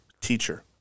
teacher